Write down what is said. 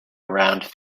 around